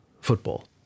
Football